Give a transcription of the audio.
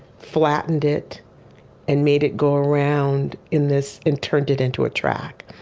flattened it and made it go around in this and turned it into a track.